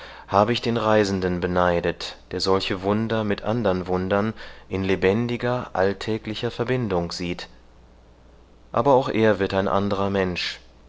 habe ich den reisenden beneidet der solche wunder mit andern wundern in lebendiger alltäglicher verbindung sieht aber auch er wird ein anderer mensch